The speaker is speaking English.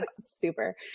Super